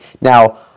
Now